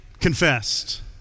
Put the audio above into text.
confessed